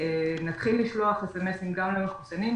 נתחיל לשלוח SMS גם למחוסנים.